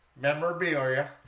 memorabilia